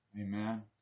Amen